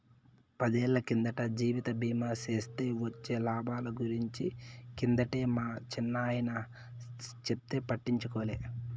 పదేళ్ళ కిందట జీవిత బీమా సేస్తే వొచ్చే లాబాల గురించి కిందటే మా చిన్నాయన చెప్తే పట్టించుకోలే